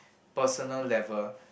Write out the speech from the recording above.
personal level